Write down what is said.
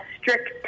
strict